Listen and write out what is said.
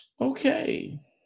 Okay